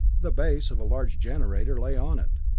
the base of a large generator lay on it,